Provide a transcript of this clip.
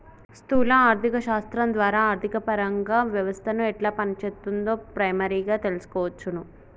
స్థూల ఆర్థిక శాస్త్రం ద్వారా ఆర్థికపరంగా వ్యవస్థను ఎట్లా పనిచేత్తుందో ప్రైమరీగా తెల్సుకోవచ్చును